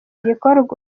gikorwa